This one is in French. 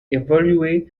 évolué